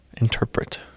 interpret